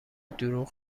دروغ